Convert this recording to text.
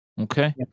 Okay